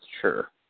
Sure